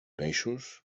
peixos